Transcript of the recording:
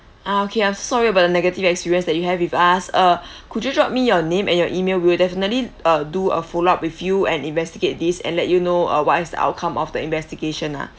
ah okay I'm so sorry about the negative experience that you have with us uh could you drop me your name and your email we will definitely uh do a follow up with you and investigate these and let you know uh what is the outcome of the investigation lah